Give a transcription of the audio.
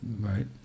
Right